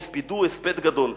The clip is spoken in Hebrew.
והספידוהו הספד גדול".